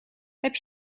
heb